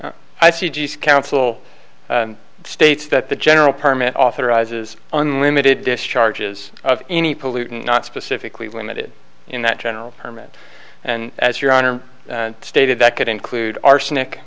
locking i see g s council states that the general permit authorizes unlimited discharges of any pollutant not specifically limited in that general permit and as your honor stated that could include arsenic